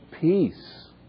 peace